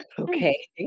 okay